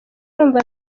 urumva